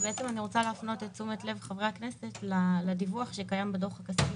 ובעצם אני רוצה להפנות את תשומת לב חברי הכנסת לדיווח שקיים בדוח הכספי.